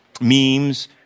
memes